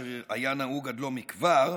אשר היה נהוג עד לא מכבר,